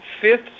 fifth